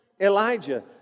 Elijah